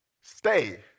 stay